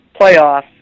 playoffs